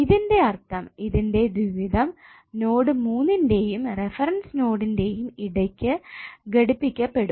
ഇതിന്റെ അർത്ഥം ഇതിന്റെ ദ്വിവിധം നോഡ് 3 ന്റെയും റഫറൻസ് നൊടിന്റെയും ഇടയ്ക്ക് ഘടിപ്പിക്കപെടും